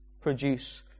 produce